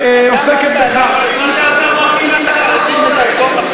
שעוסקת, ממתי אתה מאמין לכתבות האלה?